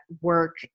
work